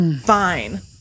Fine